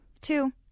Two